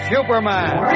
Superman